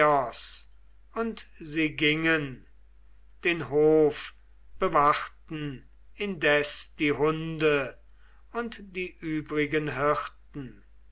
und sie gingen den hof bewachten indessen die hunde und die übrigen hirten